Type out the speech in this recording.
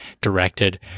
directed